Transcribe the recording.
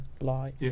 lie